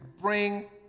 bring